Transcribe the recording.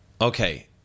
Okay